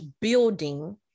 building